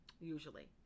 usually